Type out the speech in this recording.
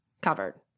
covered